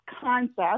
concept